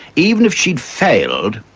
even if she'd failed,